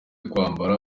kwambara